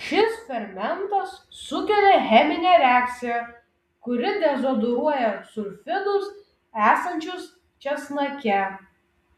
šis fermentas sukelia cheminę reakciją kuri dezodoruoja sulfidus esančius česnake